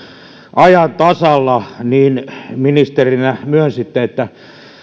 ajan tasalla ja ministerinä myönsitte että